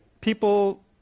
people